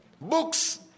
books